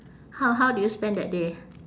how how do you spend that day